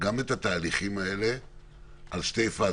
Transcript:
גם את התהליכים האלה על שתי פאזות?